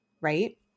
right